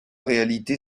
réalité